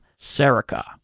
Serica